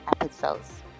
episodes